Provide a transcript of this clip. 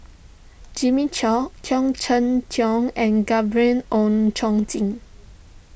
Jimmy Chok Khoo Cheng Tiong and Gabriel Oon Chong Jin